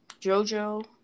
Jojo